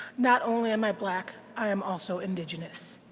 not only am i black. i am also indigenous.